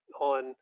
on